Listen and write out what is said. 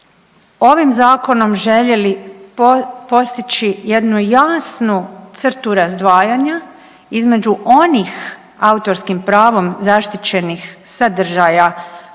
ovim zakonom željeli postići jednu jasnu crtu razdvajanja između onih autorskim pravom zaštićenih sadržaja